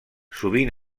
sovint